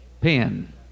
pen